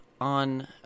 on